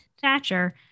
Thatcher